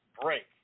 break